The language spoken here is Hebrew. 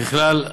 ככלל,